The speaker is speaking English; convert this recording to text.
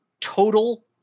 total